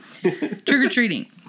trick-or-treating